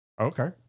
Okay